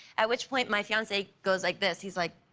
at which point my fiancee goes like this, he's like